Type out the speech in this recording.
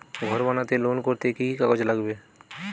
ঘর বানাতে লোন করতে কি কি কাগজ লাগবে?